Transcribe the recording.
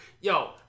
Yo